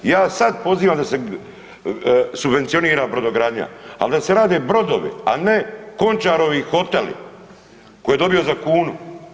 Ja vas sada pozivam da se subvencionira brodogradnja, ali da se rade brodovi, a ne Končarovi hoteli koje je dobio za kunu.